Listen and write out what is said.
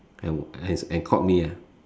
and and and called me ah